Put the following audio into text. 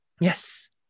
Yes